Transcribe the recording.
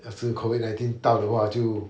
但是 COVID nineteen 到的话就